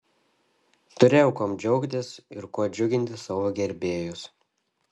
turėjau kuom džiaugtis ir kuo džiuginti savo gerbėjus